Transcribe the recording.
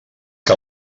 que